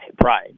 pride